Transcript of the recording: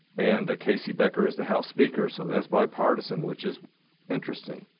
and casey becker is the house speaker, so that's bipartisan, which is interesting.